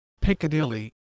piccadilly